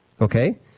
okay